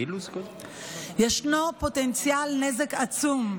ישנו פוטנציאל נזק עצום,